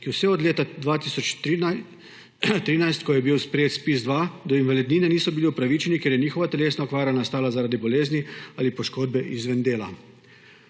ki vse od leta 2013, ko je bil sprejet ZPIZ-2, do invalidnine niso bili upravičeni, ker je njihova telesna okvara nastala zaradi bolezni ali poškodbe izven dela.